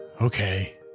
Okay